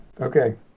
Okay